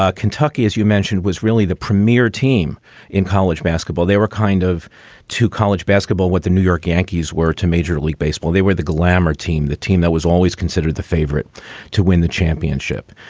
ah kentucky, as you mentioned, was really the premier team in college basketball. they were kind of two college basketball what the new york yankees were two major league baseball. they were the glamour team, the team that was always considered the favorite to win the championship.